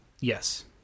Yes